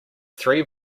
three